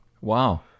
Wow